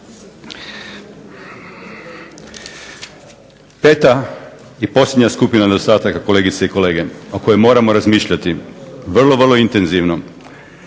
Peta i posljednja skupina nedostataka, kolegice i kolege, o kojoj moramo razmišljati vrlo vrlo intenzivno.